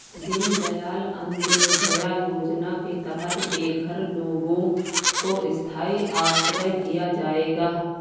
दीन दयाल अंत्योदया योजना के तहत बेघर लोगों को स्थाई आश्रय दिया जाएगा